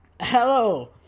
hello